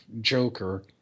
Joker